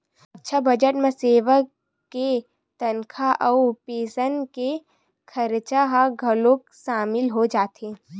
रक्छा बजट म सेना के तनखा अउ पेंसन के खरचा ह घलोक सामिल हो जाथे